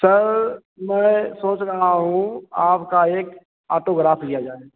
sir मैं सोच रहा हूँ आपका एक ऑटोग्राफ लिया जाए